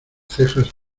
cejas